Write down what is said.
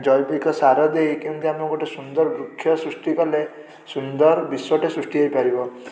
ଜୈବିକସାର ଦେଇ କେମିତି ଆମେ ଗୋଟେ ସୁନ୍ଦର ବୃକ୍ଷ ସୃଷ୍ଟି କଲେ ସୁନ୍ଦର ବିଶ୍ୱଟେ ସୃଷ୍ଟି ହେଇପାରିବ